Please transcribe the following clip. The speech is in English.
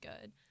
good